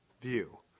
view